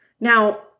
Now